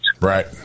Right